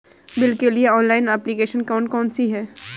Bill के लिए online application कौन कौन सी हैं?